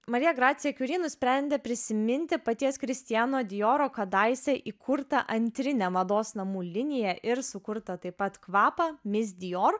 marija gracija kiuri nusprendė prisiminti paties kristiano dioro kadaise įkurtą antrinę mados namų liniją ir sukurtą taip pat kvapą mis dior